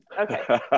Okay